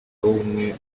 w’ubumwe